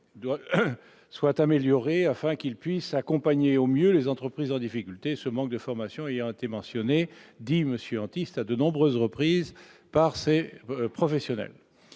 doit être améliorée, afin qu'ils puissent accompagner au mieux les entreprises en difficulté. Le manque de formation a été signalé, selon M. Antiste, à de nombreuses reprises par ces professionnels.